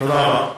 תודה רבה.